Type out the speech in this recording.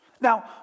Now